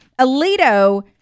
Alito